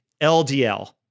LDL